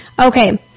Okay